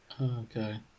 okay